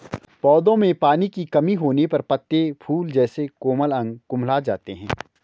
पौधों में पानी की कमी होने पर पत्ते, फूल जैसे कोमल अंग कुम्हला जाते हैं